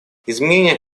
изменения